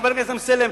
חבר הכנסת אמסלם,